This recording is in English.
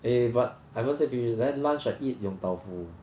eh but I haven't say finish then lunch I eat yong tau foo